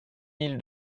mille